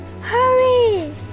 Hurry